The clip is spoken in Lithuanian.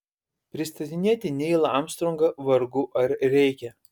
pristatinėti neilą armstrongą vargu ar reikia